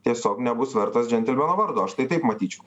tiesiog nebus vertas džentelmeno vardo aš tai taip matyčiau